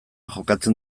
jokatzen